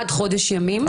עד חודש ימים.